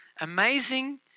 Amazing